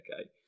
Okay